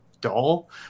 dull